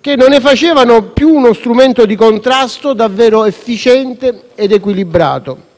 che non ne facevano più uno strumento di contrasto davvero efficiente ed equilibrato.